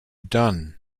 done